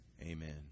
Amen